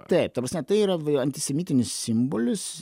taip ta prasme tai yra antisemitinis simbolis